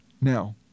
Now